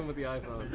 um the iphone.